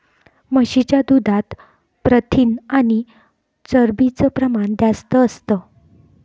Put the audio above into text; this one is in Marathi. म्हशीच्या दुधात प्रथिन आणि चरबीच प्रमाण जास्त असतं